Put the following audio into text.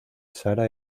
sara